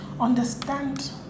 understand